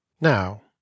Now